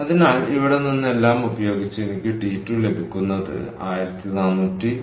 അതിനാൽ ഇവിടെ നിന്ന് എല്ലാം ഉപയോഗിച്ച് എനിക്ക് T2 ലഭിക്കുന്നത് 1434